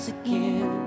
again